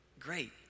Great